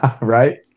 right